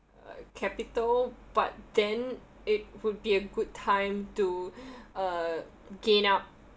uh capital but then it would be a good time to uh gain up